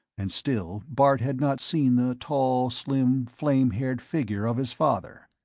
and still bart had not seen the tall, slim, flame-haired figure of his father.